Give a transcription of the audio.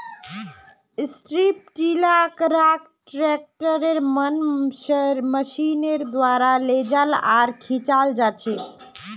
strip टीलारक ट्रैक्टरेर मन मशीनेर द्वारा लेजाल आर खींचाल जाछेक